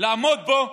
לעמוד בו?